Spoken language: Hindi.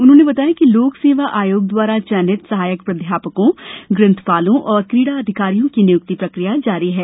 उन्होंने बताया कि लोक सेवा आयोग द्वारा चयनित सहायक प्राध्यापकों ग्रंथपालों और क्रीड़ा अधिकारियों की नियुक्ति प्रक्रिया जारी है